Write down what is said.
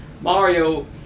Mario